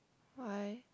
why